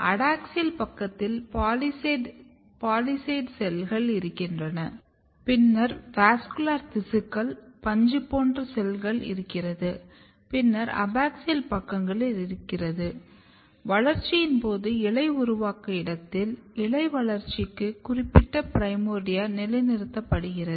adaxial பக்கத்தில் palisade செல்கள் இருக்கின்றது பின்னர் வாஸ்குலர் திசுக்கள் பஞ்சுபோன்ற செல்கள் இருக்கிறது பின்னர் அபாக்சியல் பக்கங்களை இருக்கிறது வளர்ச்சியின் போது இலை உருவாகும் இடத்தில் இலை வளர்ச்சிக்கு குறிப்பிட்ட பிரைமோர்டியா நிலைநிறுத்தப்படுகிறது